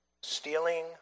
stealing